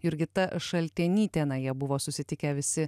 jurgita šaltenytė na jie buvo susitikę visi